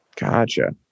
Gotcha